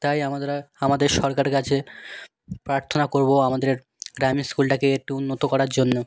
তাই আমাদেরও আমাদের সরকারের কাছে প্রার্থনা করবো আমাদের গ্রামের স্কুলটাকে একটু উন্নত করার জন্যে